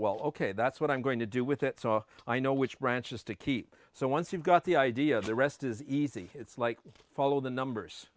well ok that's what i'm going to do with it saw i know which branches to keep so once you've got the idea the rest is easy it's like follow the numbers